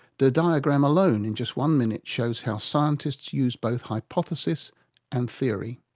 the diagram alone, in just one minute, shows how scientists use both hypothesis and theory